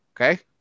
okay